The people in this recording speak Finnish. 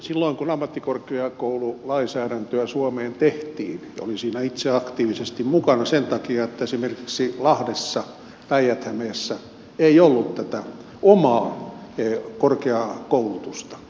silloin kun ammattikorkeakoululainsäädäntöä suomeen tehtiin olin siinä itse aktiivisesti mukana sen takia että esimerkiksi lahdessa päijät hämeessä ei ollut tätä omaa korkeakoulutusta